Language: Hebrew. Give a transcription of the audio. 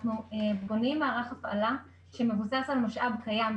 אנחנו בונים מערך הפעלה שמבוסס על משאב קיים.